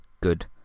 good